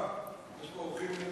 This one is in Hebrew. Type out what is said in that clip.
זהבה, יש פה אורחים מעמק-יזרעאל.